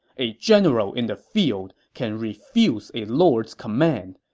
a general in the field can refuse a lord's command.